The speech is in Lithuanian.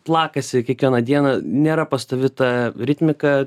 plakasi kiekvieną dieną nėra pastovi ta ritmika